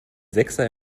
sechser